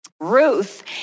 Ruth